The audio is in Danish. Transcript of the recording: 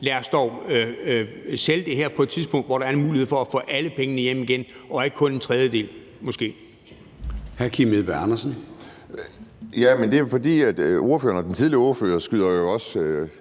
Lad os dog sælge det på et tidspunkt, hvor der er en mulighed for at få alle pengene hjem igen og ikke kun en tredjedel, måske.